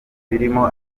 birimo